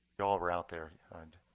you all were out there and